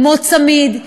כמו צמי"ד,